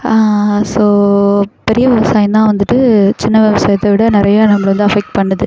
so பெரிய விவசாயம்தான் வந்துட்டு சின்ன விவசாயத்தோட நிறையா நம்பள வந்து அஃபேக்ட் பண்ணுது